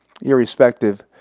Irrespective